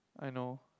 I know